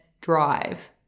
drive